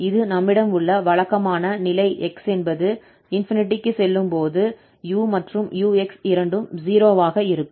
இது நம்மிடம் உள்ள வழக்கமான நிலை x என்பது ∞ க்கு செல்லும் போது 𝑢 மற்றும் 𝑢𝑥 இரண்டும் 0 ஆக இருக்கும்